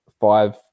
five